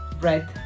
red